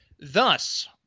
Thus